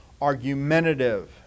argumentative